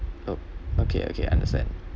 oh okay okay understand